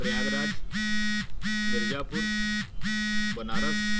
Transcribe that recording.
Prayagraj Mirzapur Banaras